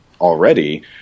already